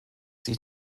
sich